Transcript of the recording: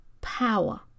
power